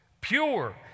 pure